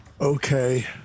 Okay